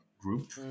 group